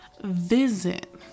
visit